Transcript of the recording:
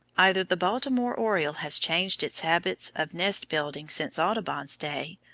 either the baltimore oriole has changed its habits of nest-building since audubon's day,